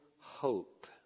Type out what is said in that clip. hope